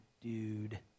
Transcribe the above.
dude